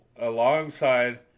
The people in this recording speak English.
alongside